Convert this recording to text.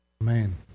Amen